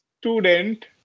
student